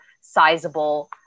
sizable